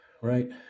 right